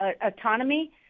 autonomy